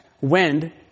Wind